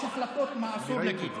יש החלטות מה אסור להגיד.